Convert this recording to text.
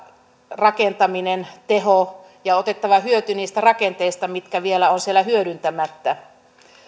rakentaminen teho ja ottaa hyöty niistä rakenteista mitkä vielä ovat siellä hyödyntämättä